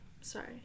Sorry